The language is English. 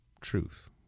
truth